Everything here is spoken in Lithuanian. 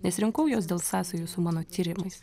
nesirinkau juos dėl sąsajų su mano tyrimais